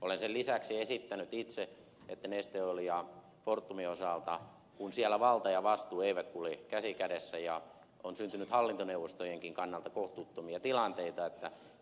olen sen lisäksi esittänyt itse että neste oilin ja fortumin osalta kun siellä valta ja vastuu eivät kulje käsi kädessä ja on syntynyt hallintoneuvostojenkin kannalta kohtuuttomia tilanteita